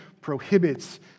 prohibits